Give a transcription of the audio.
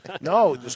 No